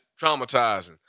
traumatizing